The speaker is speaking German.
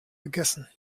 gegessen